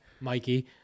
Mikey